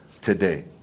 today